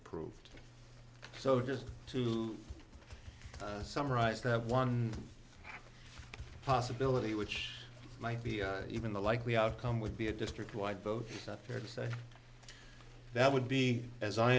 approved so just to summarize that one possibility which might be even the likely outcome would be a district wide vote that fair to say that would be as i